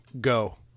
go